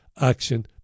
action